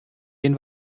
den